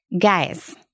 Guys